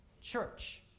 church